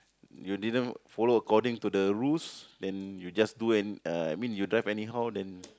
you didn't follow according to the rules then you just do and uh I mean you drive anyhow then